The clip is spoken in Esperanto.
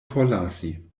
forlasi